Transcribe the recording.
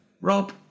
Rob